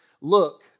look